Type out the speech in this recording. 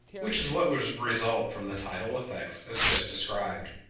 which is what would result from the tidal effects, as just described.